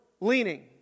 Leaning